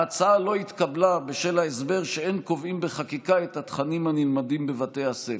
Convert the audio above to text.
ההצעה לא התקבלה בהסבר שאין קובעים בחקיקה את התכנים הנלמדים בבתי הספר.